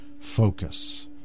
focus